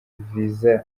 viza